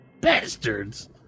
bastards